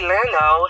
Leno